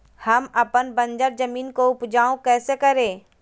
हम अपन बंजर जमीन को उपजाउ कैसे करे?